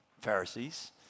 Pharisees